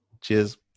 Cheers